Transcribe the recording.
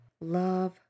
Love